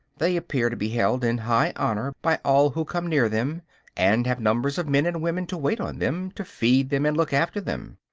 they appear to be held in high honor by all who come near them and have numbers of men and women to wait on them, to feed them and look after them.